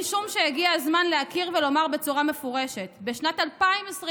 משום שהגיע הזמן להכיר ולומר בצורה מפורשת: בשנת 2022